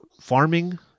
farming